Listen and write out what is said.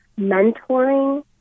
mentoring